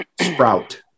sprout